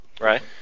Right